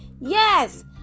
Yes